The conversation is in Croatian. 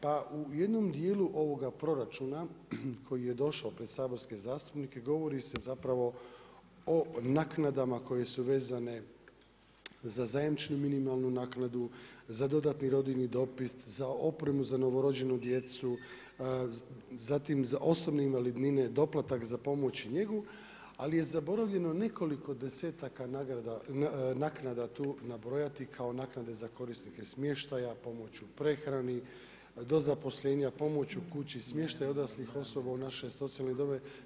Pa u jednom dijelu ovoga proračuna, koji je došao pred saborske zastupnike, govori se zapravo o naknadama koje su vezane za zajamčenu minimalnu naknadu, za dodatni rodiljin dopis, za opremu za novorođenu djecu, zatim za osobne invalidnine, doplatak, za pomoć i njegu, ali je zaboravljeno nekoliko 10-taka, naknada tu nabrojati, kao naknade za korisnike smještaja pomoću prehrani, do zaposlenja, pomoć u kući, smještaj odraslih osoba u naše socijalne domove.